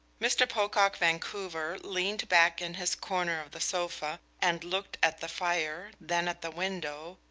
mr. pocock vancouver leaned back in his corner of the sofa and looked at the fire, then at the window,